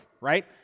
right